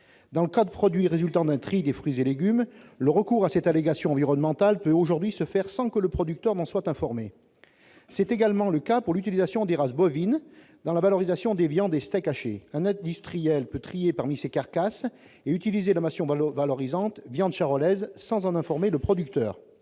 Dans le cas de produits résultant d'un tri des fruits et légumes, le recours à cette allégation environnementale peut aujourd'hui se faire sans que le producteur en soit informé. C'est également le cas pour l'utilisation des races bovines dans la valorisation des viandes et steaks hachés : un industriel peut trier parmi ses carcasses et utiliser la mention valorisante « viande charolaise », sans en informer le producteur.